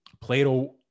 Plato